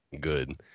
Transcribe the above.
good